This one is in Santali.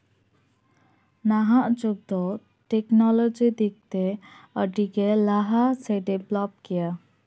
ᱱᱟᱦᱟᱜ ᱡᱩᱜᱽ ᱫᱚ ᱴᱮᱠᱱᱳᱞᱚᱡᱤ ᱫᱤᱠᱛᱮ ᱟᱹᱰᱤ ᱜᱮ ᱞᱟᱦᱟ ᱥᱮ ᱰᱮᱵᱞᱚᱯ ᱜᱮᱭᱟ